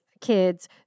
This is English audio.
kids